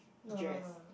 dress